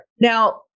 Now